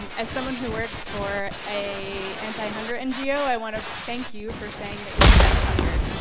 as someone who works for a anti-hunger ngo, i wanna thank you for saying that we can end hunger.